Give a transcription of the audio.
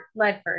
Ledford